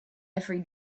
every